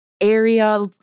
area